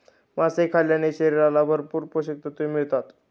मासे खाल्ल्याने शरीराला भरपूर पोषकतत्त्वे मिळतात